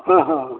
ಹಾಂ ಹಾಂ ಹಾಂ